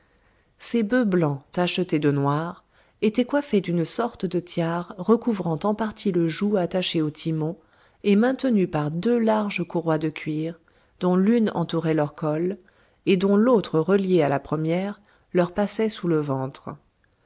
ces bœufs blancs tachetés de noir étaient coiffés d'une sorte de tiare recouvrant en partie le joug attaché au timon et maintenu par deux larges courroies de cuir dont l'une entourait leur col et dont l'autre reliée à la première leur passait sous le ventre